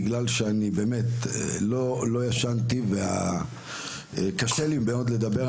בגלל שאני באמת לא ישנתי וקשה לי מאוד לדבר,